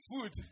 Food